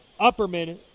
Upperman